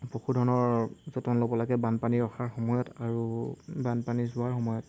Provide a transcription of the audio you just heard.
পশুধনৰ যতন ল'ব লাগে বানপানী অহাৰ সময়ত আৰু বানপানী যোৱাৰ সময়ত